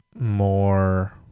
more